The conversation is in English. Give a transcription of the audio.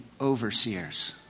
overseers